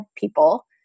people